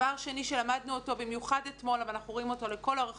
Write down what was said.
דבר שני שלמדנו אותו במיוחד אתמול אבל אנחנו רואים אותו לכל אורך